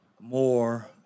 more